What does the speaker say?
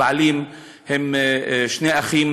הבעלים הם שני אחים,